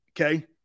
okay